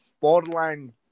borderline